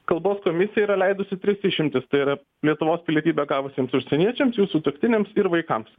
kalbos komisija yra leidusi tris išimtis tai yra lietuvos pilietybę gavusiems užsieniečiams jų sutuoktiniams ir vaikams